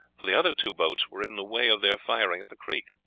for the other two boats were in the way of their firing at the creek.